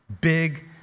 big